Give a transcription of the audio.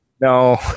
no